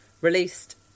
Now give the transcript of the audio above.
released